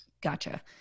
Gotcha